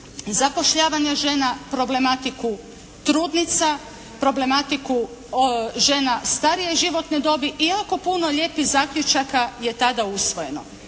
zapošljavanja žena, problematiku trudnica, problematiku žena starije životne dobi i jako puno lijepih zaključaka je tada usvojeno.